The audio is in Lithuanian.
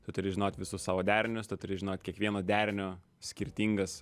tu turi žinot visus savo derinius tu turi žinoi kiekvieno derinio skirtingas